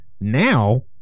now